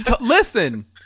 listen